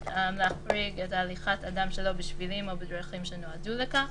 להחריג את "הליכת אדם שלא בשבילם או בדרכים שנועדו לכך"